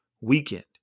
weekend